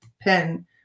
pen